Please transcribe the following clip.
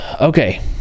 Okay